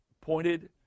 pointed